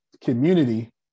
community